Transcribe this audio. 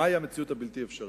מהי המציאות הבלתי-אפשרית?